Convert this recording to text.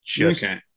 okay